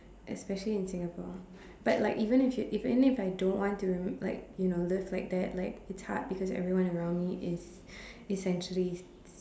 especially in Singapore but like even if you even if I don't want to remem~ like you know live like that like it's hard because everyone around me is essentially